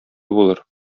булыр